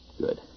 Good